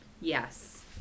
Yes